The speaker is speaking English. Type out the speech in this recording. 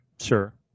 sure